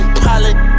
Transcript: pilot